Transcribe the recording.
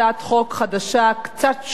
קצת שונה מהראשונה,